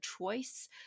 choice